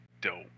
dope